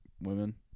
women